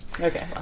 Okay